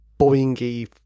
boingy